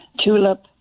tulip